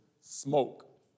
smoke